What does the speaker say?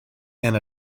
and